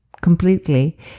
completely